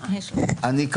אני,